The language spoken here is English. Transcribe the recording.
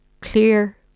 clear